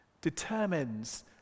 determines